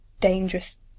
dangerous